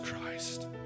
Christ